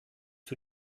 für